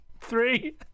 three